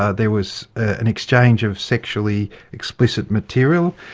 ah there was an exchange of sexually explicit material.